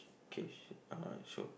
okay uh so